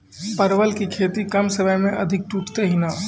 परवल की खेती कम समय मे अधिक टूटते की ने?